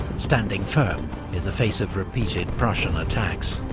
standing firm in the face of repeated prussian attacks.